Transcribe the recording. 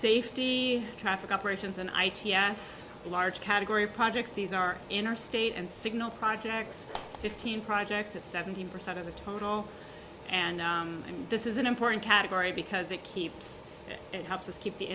safety traffic operations and i ts a large category of projects these are in our state and signal projects fifteen projects at seventeen percent of the total and and this is an important category because it keeps it helps us keep the